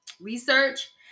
research